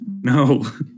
No